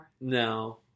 No